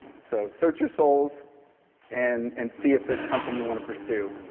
so search your souls and and see if it's something you want to pursue.